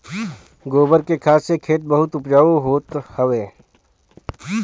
गोबर के खाद से खेत बहुते उपजाऊ होत हवे